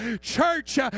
Church